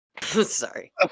Sorry